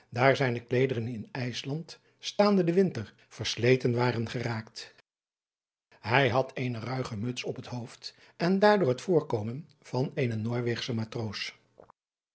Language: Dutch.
daar zijne kleederen in ijsland staande den winter versleten waren geraakt hij had eene ruige muts op het hoofd en daardoor het voorkomen van eenen noorweegschen matroos